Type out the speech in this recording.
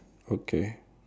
okay